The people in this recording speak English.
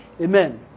Amen